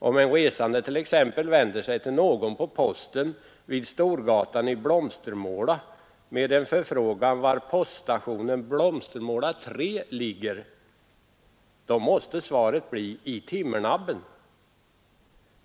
Om en resande t.ex. vänder sig till någon på posten vid Storgatan i Blomstermåla med en förfrågan var poststationen Blomstermåla 3 ligger, måste svaret bli ”i Timmernabben”.